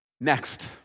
Next